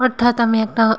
অর্থাৎ আমি একটা